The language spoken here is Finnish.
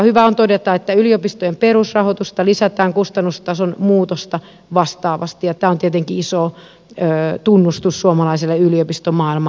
hyvä on todeta että yliopistojen perusrahoitusta lisätään kustannustason muutosta vastaavasti ja tämä on tietenkin iso tunnustus suomalaiselle yliopistomaailmalle